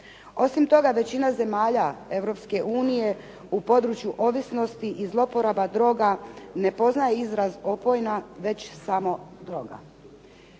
Osim toga većina zemalja Europske unije u području ovisnosti i zloporaba droga ne poznaje izraz opojna, već samo droga.